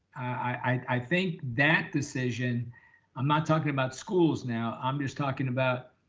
i think that decision i'm not talking about schools now, i'm just talking about,